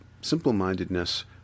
simple-mindedness